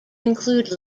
include